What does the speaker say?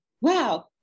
wow